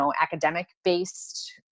academic-based